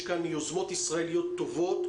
יש כאן יוזמות ישראליות טובות,